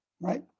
right